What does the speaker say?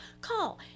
Call